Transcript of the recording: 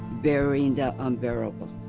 bearing the unbearable.